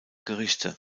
gerichte